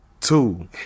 two